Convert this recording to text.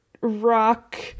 rock